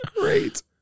great